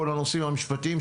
כל הנושאים המשפטיים,